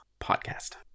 podcast